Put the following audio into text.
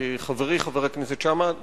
חברי חבר הכנסת שאמה,